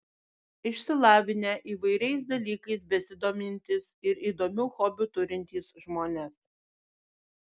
išsilavinę įvairiais dalykais besidomintys ir įdomių hobių turintys žmonės